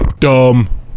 Dumb